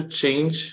change